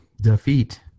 defeat